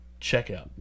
checkout